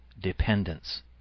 dependence